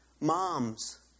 Moms